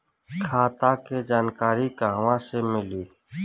खाता के जानकारी कहवा से मिली?